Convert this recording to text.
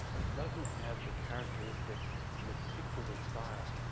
it doesn't have the characteristic meticulous style.